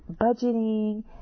budgeting